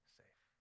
safe